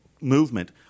movement